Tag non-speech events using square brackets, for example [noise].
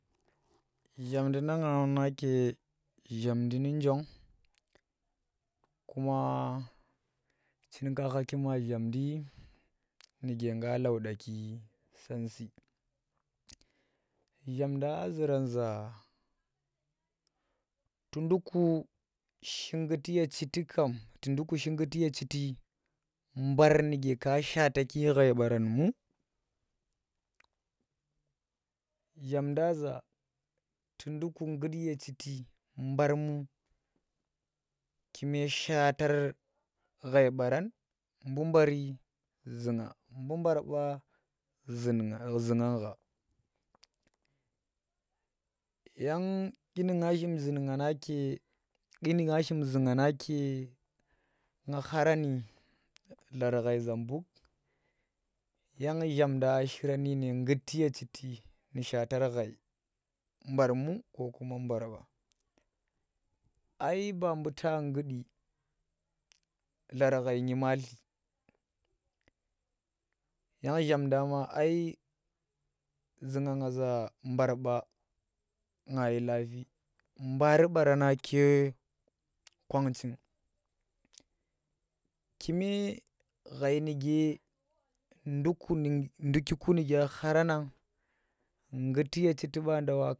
zhamndi na ngga nake shamndi nu jong [unintelligible] kuma chinka khaki ma shamndi nuke ngga lauɗaki SanSi zhamnda a zuran za tu nduku shi ngguti ye chiti kam bar nuke ka shaataki ghai baran mu? zhamnda za ku nduku nggut ye chiti barmu?kume shatar ghai baaran mbu baari zu ngga mbuu barba zu nggan gha yang ndyinu ngga zun ngga nake nga kharani bu ghai Zambuk yang zhamnda a shiran nudyine nggidi chiti nu shaatar ghai bar mu? ko [unintelligible] kuma ba? ai ba buu ta nggudi lar ghau ngematli yang zhamnda ma ai zu nga nggaza mbar ba ngga yi lapi baari na ke kwanchinchin kume ghai nake nduku nu ndukiku nuge kharana ngguti ye chiti banda wa.